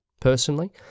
personally